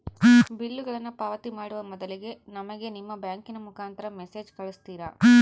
ಬಿಲ್ಲುಗಳನ್ನ ಪಾವತಿ ಮಾಡುವ ಮೊದಲಿಗೆ ನಮಗೆ ನಿಮ್ಮ ಬ್ಯಾಂಕಿನ ಮುಖಾಂತರ ಮೆಸೇಜ್ ಕಳಿಸ್ತಿರಾ?